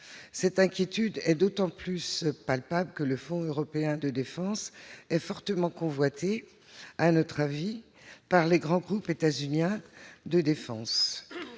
Cette inquiétude est d'autant plus prégnante que le Fonds européen de défense est fortement convoité, nous semble-t-il, par les grands groupes états-uniens de défense.